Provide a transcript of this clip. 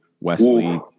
Wesley